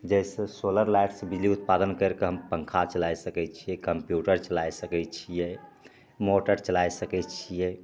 जैसे सोलर लाइटसॅं बिजली उत्पादन कैरि कए पँखा चलाइ सकै छियै कम्प्यूटर चलाइ सकै छियै मोटर चलाइ सकै छियै